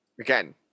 Again